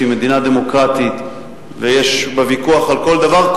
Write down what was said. שהיא מדינה דמוקרטית ויש בה ויכוח על כל דבר,